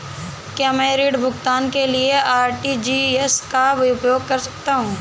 क्या मैं ऋण भुगतान के लिए आर.टी.जी.एस का उपयोग कर सकता हूँ?